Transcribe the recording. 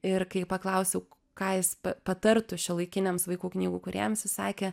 ir kai paklausiau ką jis patartų šiuolaikiniams vaikų knygų kūrėjams jis sakė